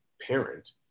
parent